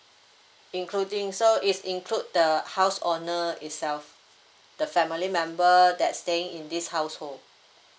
including so is include the house owner itself the family member that staying in this household